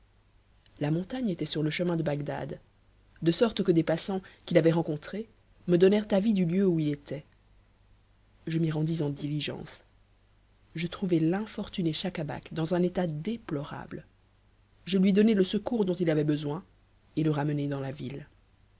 la montagne était sur le chemin de bagdad de sorte que des passants qui l'avaient rencontré me donnèrent avis du lieu où il était je m'y rendis en diligence je trouvai l'infortuné schacabac dans un état déplorable je lui donnai le secours dont il avait besoin et le ramenai dans la ville